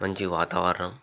మంచి వాతావరణం